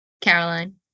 Caroline